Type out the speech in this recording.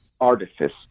artifice